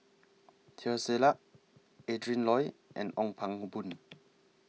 Teo Ser Luck Adrin Loi and Ong Pang Boon